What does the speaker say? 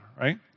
right